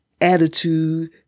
attitude